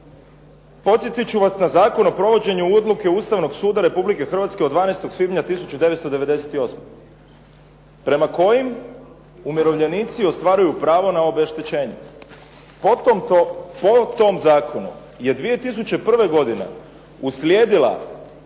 Podsjetiti ću vas na Zakon o provođenju Odluke Ustavnog suda Republike Hrvatske od 12. svibnja 1998. prema kojim umirovljenici ostvaruju pravo na obeštećenje. Po tom zakonu je 2001. godine uslijedila